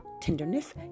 tenderness